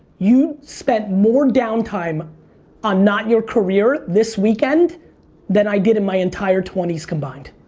you spent more downtime on not your career this weekend then i did in my entire twenty s combined.